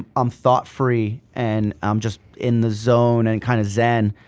i'm thought-free and um just in the zone and kinda zen.